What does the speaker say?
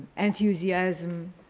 enthusiasm,